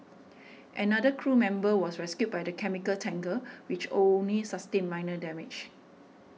another crew member was rescued by the chemical tanker which only sustained minor damage